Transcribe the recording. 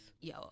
Yo